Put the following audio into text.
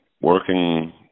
working